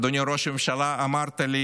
אדוני ראש הממשלה, אמרת לי